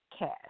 Cash